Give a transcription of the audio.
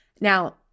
Now